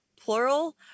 plural